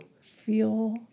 feel